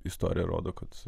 istorija rodo kad